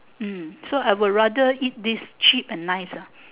hmm so I would rather eat this cheap and nice ah